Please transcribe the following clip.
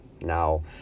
Now